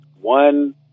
One